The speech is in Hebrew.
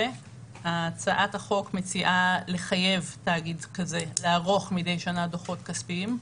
הצעת החוק מציעה לחייב תאגיד כזה לערוך מדי שנה דוחות כספיים.